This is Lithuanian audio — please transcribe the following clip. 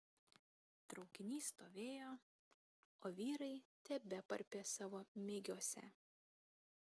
traukinys stovėjo o vyrai tebeparpė savo migiuose